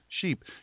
sheep